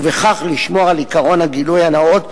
ובכך לשמור על עקרון הגילוי הנאות,